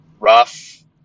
Rough